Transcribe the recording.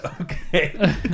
Okay